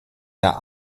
der